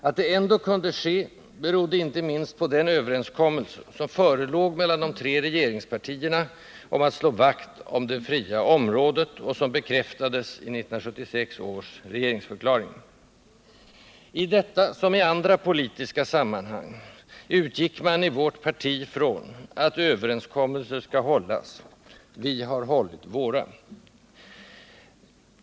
Att den ändå 20 december 1978 genomfördes berodde inte minst på den överenskommelse som förelåg mellan de tre regeringspartierna om att slå vakt om det fria området och som bekräftades i 1976 års regeringsförklaring. I detta — som i andra politiska sammanhang — utgick man i vårt parti från att överenskommelser skall hållas. Vi har hållit våra.